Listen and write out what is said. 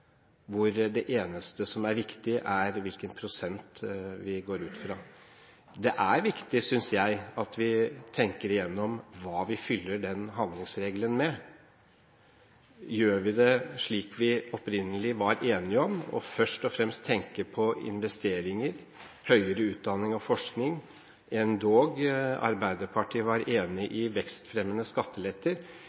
hvor det eneste som er viktig, er hvilken prosent vi går ut fra. Det er viktig, synes jeg, at vi tenker igjennom hva vi fyller handlingsregelen med. Gjør vi det slik vi opprinnelig var enige om, at vi først og fremst tenker på investeringer, høyere utdanning og forskning – endog Arbeiderpartiet var enig i vekstfremmende skatteletter